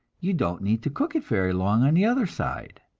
you don't need to cook it very long on the other side.